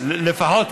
אנחנו מקשיבים.